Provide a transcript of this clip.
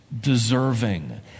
deserving